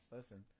Listen